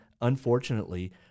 unfortunately